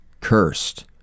cursed